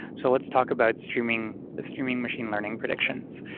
so let's talk about streaming ah streaming machine learning predictions,